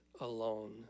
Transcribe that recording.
alone